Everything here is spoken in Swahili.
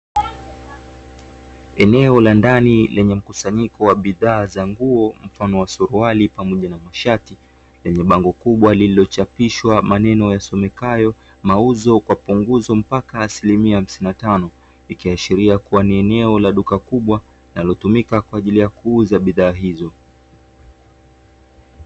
Eneo la ndani lenye mkusanyiko wa bidhaa za nguo mfano wa suruali pamoja na mashati, lenye bango kubwa lililochapishwa maneno yasomekayo mauzo kwa punguzo mpaka asilimia hamsini na tano, ikiashiria kuwa ni eneo la duka kubwa linalotumika kwa ajili ya kuuza bidhaa hizo.